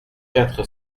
quatre